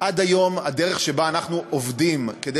עד היום הדרך שבה אנחנו עובדים כדי